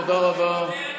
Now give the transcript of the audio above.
תודה רבה.